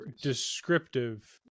descriptive